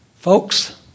Folks